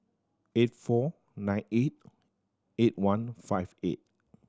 eight four nine eight eight one five eight